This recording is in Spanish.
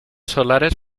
solares